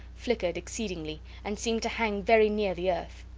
flickered exceedingly and seemed to hang very near the earth.